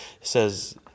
says